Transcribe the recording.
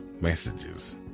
messages